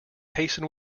hasten